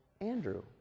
Andrew